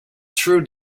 through